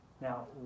Now